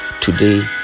today